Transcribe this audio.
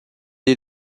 est